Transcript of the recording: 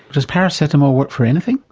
does paracetamol work for anything?